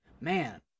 man